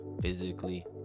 physically